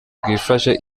bwifashe